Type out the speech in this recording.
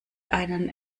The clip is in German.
einen